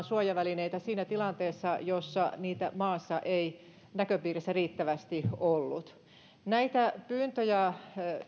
suojavälineitä siinä tilanteessa jossa niitä maassa ei näköpiirissä riittävästi ollut näitä pyyntöjä